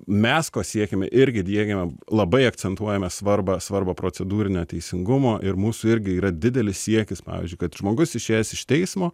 mes ko siekiame irgi diegiame labai akcentuojame svarbą svarbą procedūrinio teisingumo ir mūsų irgi yra didelis siekis pavyzdžiui kad ir žmogus išėjęs iš teismo